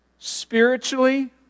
Spiritually